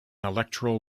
electoral